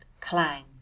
clang